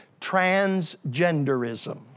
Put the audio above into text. Transgenderism